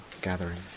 gathering